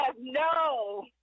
no